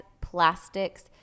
plastics